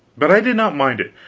but i did not mind it,